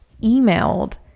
emailed